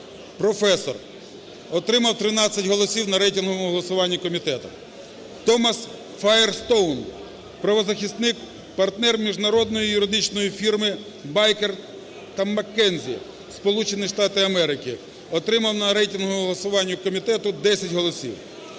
професор. Отримав 13 голосів на рейтинговому голосуванні комітету. Томас Фаєрстоун – правозахисник, партнер міжнародної юридичної фірми Baker & McKenzie (Сполучені Штати Америки). Отримав на рейтинговому голосуванні комітету 10 голосів.